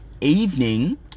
evening